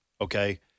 okay